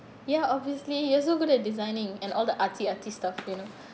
ya obviously you're so good at designing and all the arty arty stuff you